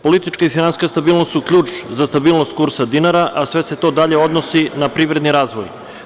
Politička i finansijska stabilnost su ključ za stabilnost kursa dinara, a sve se to dalje odnosi na privredni razvoj.